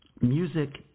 music